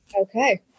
Okay